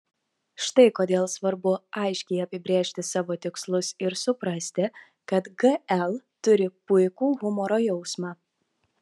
štai kodėl svarbu aiškiai apibrėžti savo tikslus ir suprasti kad gl turi puikų humoro jausmą